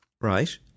Right